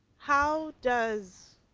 how does,